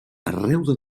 arreu